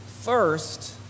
first